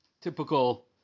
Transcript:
typical